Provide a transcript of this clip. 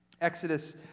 Exodus